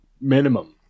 minimum